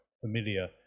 familiar